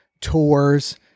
tours